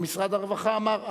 ומשרד הרווחה אמר,